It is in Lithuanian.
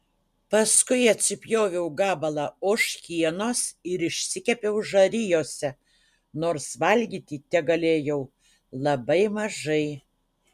paskui atsipjoviau gabalą ožkienos ir išsikepiau žarijose nors valgyti tegalėjau labai mažai